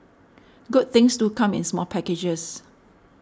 good things do come in small packages